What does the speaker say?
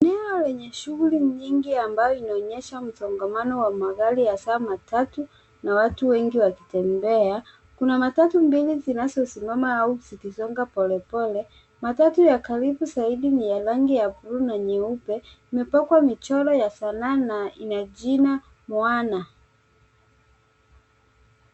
Eneo lenye shughui nyingi ambayo unaonyesha msongamano wa magari hasaa matatu, na watu wengi wakitembea. Kuna matatu mbili zinazosimama au zikisonga pole pole. Matatu ya karibu zaidi ni ya rangi ya bluu na nyeupe, imepakwa michoro ya sanaa na ina jina Moana.